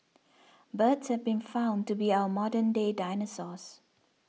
birds have been found to be our modern day dinosaurs